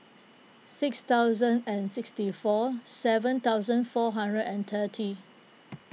six thousand and sixty four seven thousand four hundred and thirty